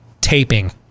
taping